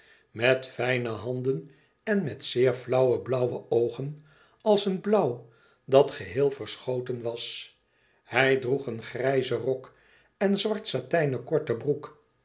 met fijne handen en met zeer flauwe blauwe oogen als een blauw dat geheel verschoten was hij droeg een grijzen rok en zwart satijnen korten broek